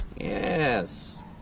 Yes